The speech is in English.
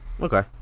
okay